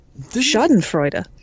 Schadenfreude